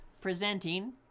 presenting